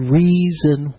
reason